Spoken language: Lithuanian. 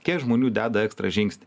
kiek žmonių deda ekstra žingsnį